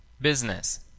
BUSINESS